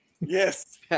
Yes